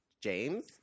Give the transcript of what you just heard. James